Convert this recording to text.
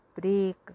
break